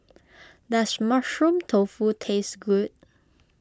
does Mushroom Tofu taste good